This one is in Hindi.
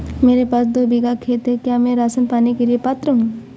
मेरे पास दो बीघा खेत है क्या मैं राशन पाने के लिए पात्र हूँ?